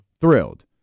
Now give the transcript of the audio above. Thrilled